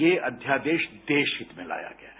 ये अध्यादेश देश हित में लाया गया है